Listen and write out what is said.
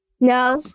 No